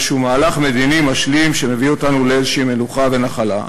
מהלך מדיני משלים שמביא אותנו לאיזו מנוחה ונחלה.